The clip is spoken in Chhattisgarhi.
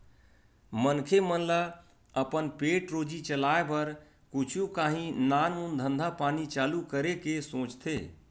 मनखे मन ल अपन पेट रोजी चलाय बर कुछु काही नानमून धंधा पानी चालू करे के सोचथे